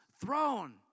throne